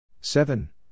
seven